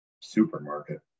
supermarket